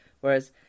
whereas